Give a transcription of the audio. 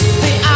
see